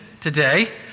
today